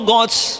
God's